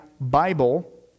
Bible